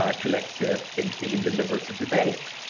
ah collective thinking and deliberative debate?